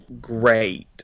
great